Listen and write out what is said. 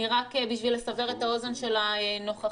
רק בשביל לסבר את האוזן של הנוכחים,